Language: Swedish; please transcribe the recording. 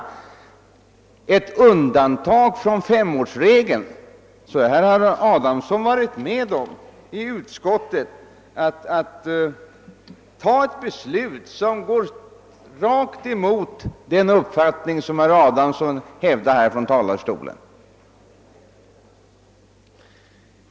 Herr Adamsson har i utskottet varit med om att fatta ett beslut som går rakt emot den uppfattning som herr Adamsson hävdar från denna talarstol.